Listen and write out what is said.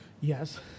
Yes